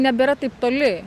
nebėra taip toli